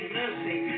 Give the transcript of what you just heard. mercy